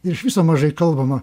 ir iš viso mažai kalbama